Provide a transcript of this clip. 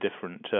different